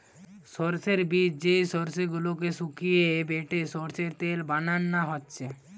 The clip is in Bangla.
সোর্সের বীজ যেই গুলাকে শুকিয়ে বেটে সোর্সের তেল বানানা হচ্ছে